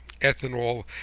ethanol